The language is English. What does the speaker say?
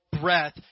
Breath